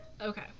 Okay